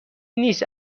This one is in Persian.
نیست